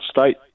state